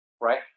right